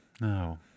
No